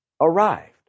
arrived